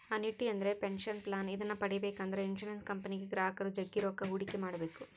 annuity ಅಂದ್ರೆ pension plan ಇದನ್ನ ಪಡೆಬೇಕೆಂದ್ರ ಇನ್ಶುರೆನ್ಸ್ ಕಂಪನಿಗೆ ಗ್ರಾಹಕರು ಜಗ್ಗಿ ರೊಕ್ಕ ಹೂಡಿಕೆ ಮಾಡ್ಬೇಕು